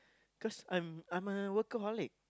cause I'm I'm a workaholic